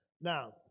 Now